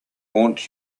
haunt